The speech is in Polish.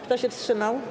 Kto się wstrzymał?